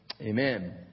Amen